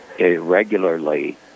Regularly